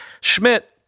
Schmidt